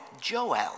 Joel